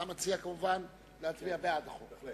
אתה מציע, כמובן, להצביע בעד החוק.